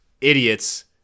idiots